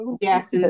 yes